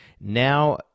now